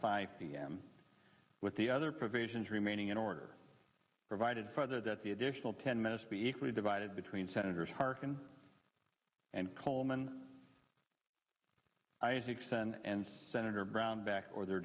five p m with the other provisions remaining in order provided for that the additional ten minutes be equally divided between senators harkin and coleman isaacson and senator brownback or their